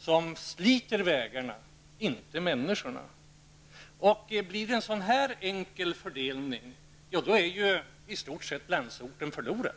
som sliter på våra vägar, inte människorna. Om det blir en sådan här enkel fördelning, går landsbygden i stort sett förlorad.